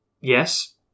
yes